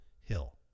hill